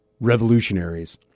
revolutionaries